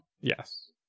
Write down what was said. Yes